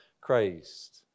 Christ